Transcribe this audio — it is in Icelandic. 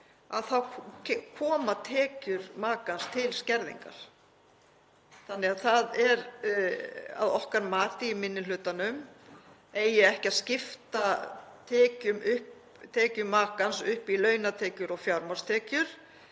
þá koma tekjur makans til skerðingar. Að okkar mati í minni hlutanum á ekki að skipta tekjum makans upp í launatekjur og fjármagnstekjur